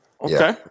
Okay